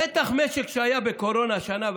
בטח משק שהיה בקורונה שנה,